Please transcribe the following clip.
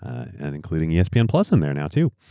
and including yeah espn um plus in there now, too.